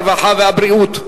והרווחה והבריאות,